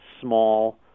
small